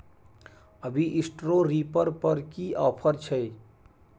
अभी straw reaper पर की ऑफर छै?